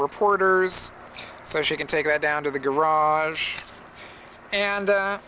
reporters so she can take it down to the garage and